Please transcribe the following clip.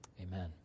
amen